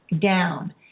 down